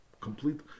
complete